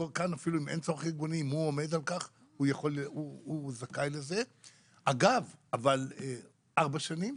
כאן אפילו אם אין צורך ארגוני אם הוא עומד על כך הוא זכאי לארבע שנים.